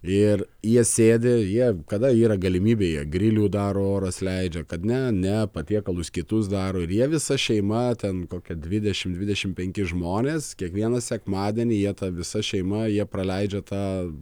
ir jie sėdi jie kada yra galimybė jie grilių daro oras leidžia kad ne ne patiekalus kitus daro ir jie visa šeima ten kokia dvidešimt dvidešimt penki žmonės kiekvieną sekmadienį jie tą visa šeima jie praleidžia tą